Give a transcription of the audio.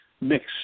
mix